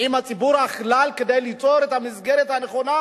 עם הציבור הכללי כדי ליצור את המסגרת הנכונה,